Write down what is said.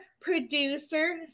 producer